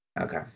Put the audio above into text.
Okay